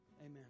amen